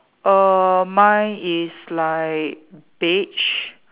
err mine is like beige